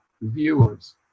viewers